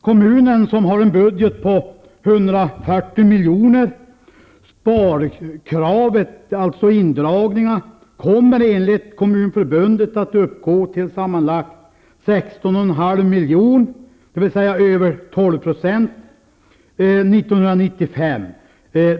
Kommunen, som har en budget på 140 miljoner, kommer enligt Kommunförbundet att ha ett sparkrav på sammanlagt 16,5 miljoner, dvs. över 12 % 1995.